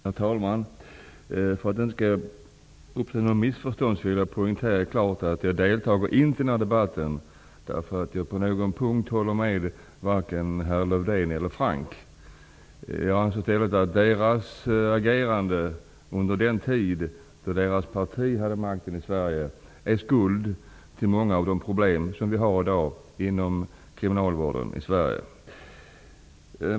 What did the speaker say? Herr talman! För undvikande av missförstånd vill jag poängtera att jag inte deltar i den här debatten därför att jag på någon punkt skulle hålla med herrar Lövdén eller Franck. Jag anser att deras agerande under den tid då deras parti hade makten i Sverige är skuld till många av de problem som vi i dag har inom kriminalvården i Sverige.